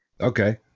Okay